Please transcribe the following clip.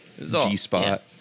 G-spot